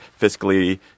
fiscally